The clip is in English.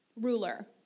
ruler